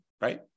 Right